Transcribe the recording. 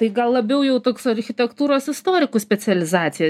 tai gal labiau jau toks architektūros istorikų specializacija